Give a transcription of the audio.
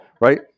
right